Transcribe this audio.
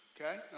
okay